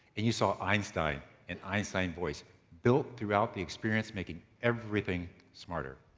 and you saw einstein and einstein voice built throughout the experience making everything smarter.